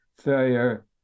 failure